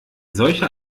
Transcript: solcher